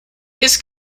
his